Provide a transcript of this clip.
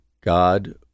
God